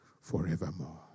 forevermore